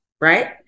right